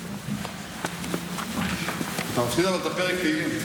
אבל אתה מפסיד את פרק התהילים.